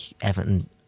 Everton